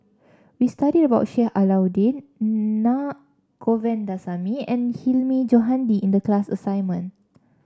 we studied about Sheik Alau'ddin Naa Govindasamy and Hilmi Johandi in the class assignment